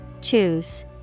Choose